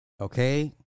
Okay